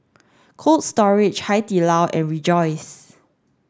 Cold Storage Hai Di Lao and Rejoice